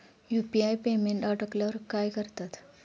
UPI payment अडकल्यावर काय करतात?